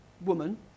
woman